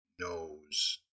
knows